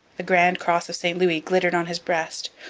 the grand cross of st louis glittered on his breast,